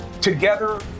together